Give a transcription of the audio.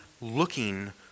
looking